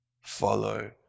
follow